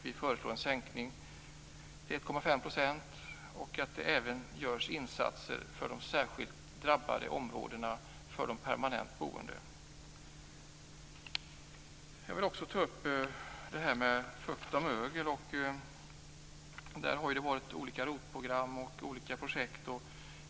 Vi föreslår en sänkning till 1,5 % och att det även görs insatser i särskilt drabbade områden för de permanent boende. Jag vill också ta upp frågan om fukt och mögel. Där har det varit olika ROT-program och olika projekt.